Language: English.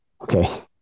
okay